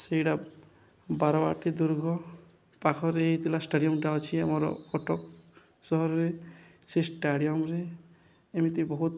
ସେଇଟା ବାରବାଟୀ ଦୁର୍ଗ ପାଖରେ ଏଇଥିଲା ଷ୍ଟାଡ଼ିୟମ୍ଟା ଅଛି ଆମର କଟକ ସହରରେ ସେ ଷ୍ଟାଡ଼ିୟମ୍ରେ ଏମିତି ବହୁତ